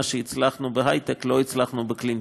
מה שהצלחנו בהייטק לא הצענו בקלינטק,